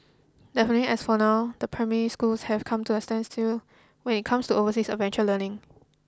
definitely as of now the primary schools have come to a standstill when it comes to overseas adventure learning